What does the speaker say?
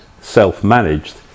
self-managed